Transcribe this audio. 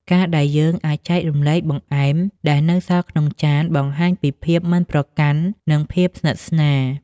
ការដែលយើងអាចចែករំលែកបង្អែមដែលនៅសល់ក្នុងចាន បង្ហាញពីភាពមិនប្រកាន់ និងភាពស្និទ្ធស្នាល។